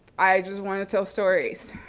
i just want to tell stories.